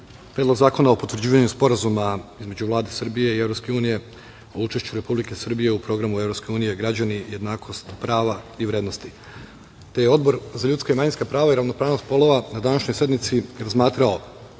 Predlog zakona o potvrđivanju Sporazuma između Vlade Srbije i EU o učešću Republike Srbije u programu EU – Građani, jednakost, prava i vrednosti. Odbor za ljudska i manjinska prava i ravnopravnost polova na današnjoj sednici je razmatrao